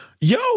Yo